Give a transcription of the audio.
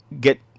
get